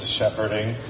shepherding